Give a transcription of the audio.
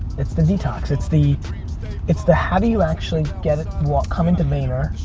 it's the detox, it's the it's the how do you actually get it, come into vayner,